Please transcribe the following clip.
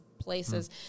places